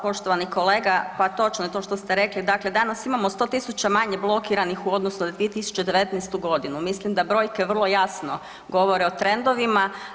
Poštovani kolega, pa točno je to što ste rekli, dakle danas imamo 100 000 manje blokiranih u odnosu na 2019. g., mislim da brojke vrlo jasno govore o trendovima.